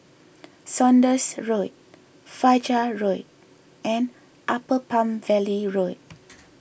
Saunders Road Fajar Road and Upper Palm Valley Road